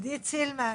את צודקת,